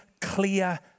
clear